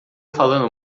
falando